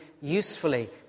usefully